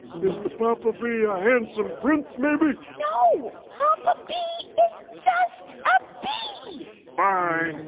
is the papa bee a handsome prince, maybe? no. papa bee is just a bee fine